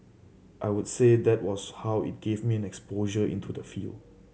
I would say that was how it gave me exposure into the field